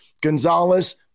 Gonzalez